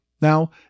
Now